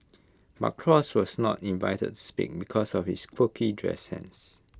but cross was not invited to speak because of his quirky dress sense